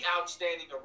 Outstanding